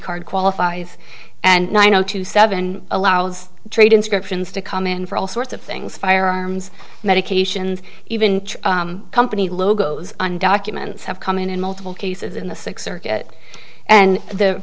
card qualifies and i know two seven allows trade inscriptions to come in for all sorts of things firearms medications even company logos and documents have come in in multiple cases in the six circuit and the